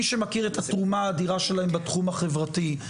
מי שמכיר את התרומה האדירה שלהם בתחום החברתי,